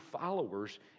followers